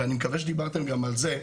ואני מקווה שדיברתם גם על זה,